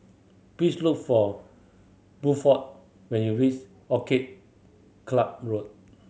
please look for Buford when you reach Orchid Club Road